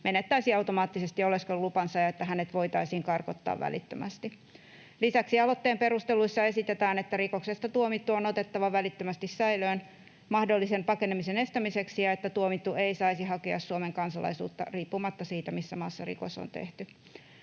menettäisi automaattisesti oleskelulupansa ja että hänet voitaisiin karkottaa välittömästi. Lisäksi aloitteen perusteluissa esitetään, että rikoksesta tuomittu on otettava välittömästi säilöön mahdollisen pakenemisen estämiseksi ja että tuomittu ei saisi hakea Suomen kansalaisuutta riippumatta siitä, missä maassa rikos on tehty.